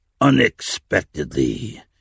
unexpectedly